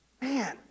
Man